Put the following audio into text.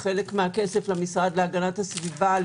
חלק מהכסף למשרד להגנת הסביבה,